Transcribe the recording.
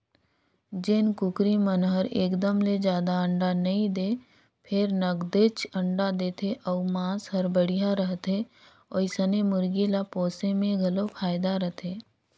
जेन कुकरी मन हर एकदम ले जादा अंडा नइ दें फेर नगदेच अंडा देथे अउ मांस हर बड़िहा रहथे ओइसने मुरगी ल पोसे में घलो फायदा रथे